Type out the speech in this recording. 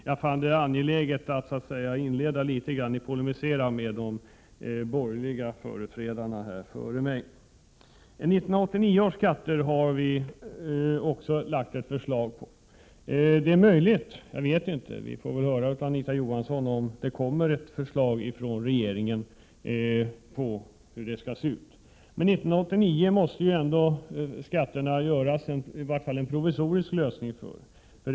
Jag fann det angeläget att inleda med att polemisera med de borgerliga företrädarna som talade före mig. Vi har från vpk lagt ett förslag om 1989 års skatter och vi får väl höra från Anita Johansson om det kommer ett förslag från regeringen om hur dessa skall se ut. År 1989 måste man ju i varje fall ändå göra en provisorisk lösning för.